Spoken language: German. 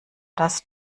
das